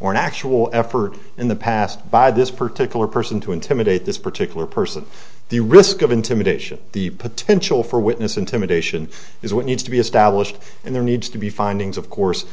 or an actual effort in the past by this particular person to intimidate this particular person the risk of intimidation the potential for witness intimidation is what needs to be established and there needs to be findings of course